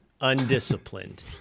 undisciplined